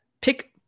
pick